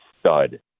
stud